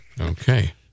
Okay